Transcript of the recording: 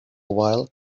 while